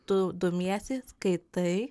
tu domiesi skaitai